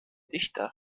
dichtern